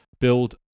build